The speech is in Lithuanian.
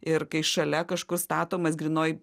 ir kai šalia kažkur statomas grynoj